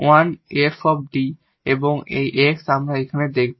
1 𝑓 𝐷 এবং এই X আমরা এখানে দেখব